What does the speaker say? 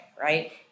right